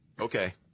Okay